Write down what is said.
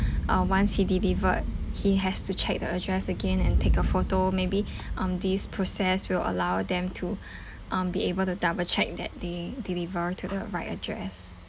uh once he delivered he has to check the address again and take a photo maybe um this process will allow them to um be able to double check that they deliver to the right address